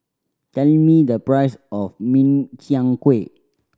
tell me the price of Min Chiang Kueh